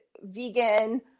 vegan